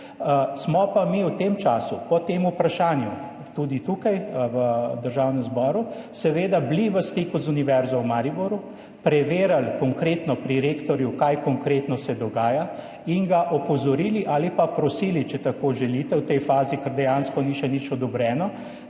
Smo pa mi v tem času, po tem vprašanju tudi tukaj v Državnem zboru seveda bili v stiku z Univerzo v Mariboru, preverili konkretno pri rektorju, kaj konkretno se dogaja, in ga opozorili ali prosili, če tako želite, v tej fazi, ker dejansko ni še nič odobreno,